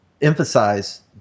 emphasize